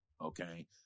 Okay